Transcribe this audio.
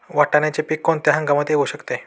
वाटाण्याचे पीक कोणत्या हंगामात येऊ शकते?